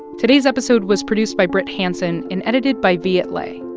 today's episode was produced by brit hanson and edited by viet le.